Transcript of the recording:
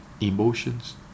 emotions